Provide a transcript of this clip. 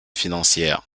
financière